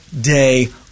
day